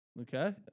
Okay